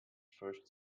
first